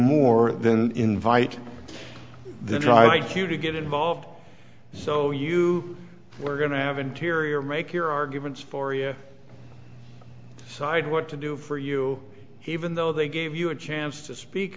more than invite the try to to get involved so you were going to have interior make your arguments for your side what to do for you even though they gave you a chance to speak